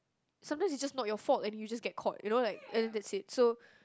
sometimes it's just not your fault and you just get caught you know like and then that's it so